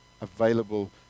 available